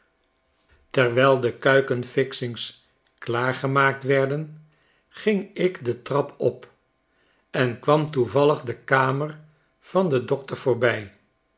i x i n g s klaargemaakt werden ging ik de trap op en kwam toevallig de kamer van den dokter voorbij